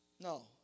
No